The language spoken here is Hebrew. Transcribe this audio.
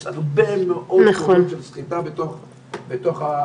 יש הרבה מאוד אירועים של סחיטה בתוך המנגנון.